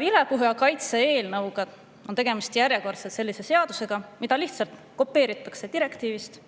Vilepuhuja kaitse eelnõuga on tegemist järjekordselt sellise seadusega, mida lihtsalt kopeeritakse direktiivist,